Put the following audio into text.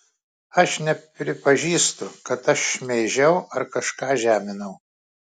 aš nepripažįstu kad aš šmeižiau ar kažką žeminau